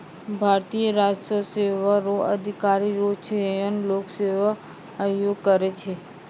भारतीय राजस्व सेवा रो अधिकारी रो चयन लोक सेवा आयोग करै छै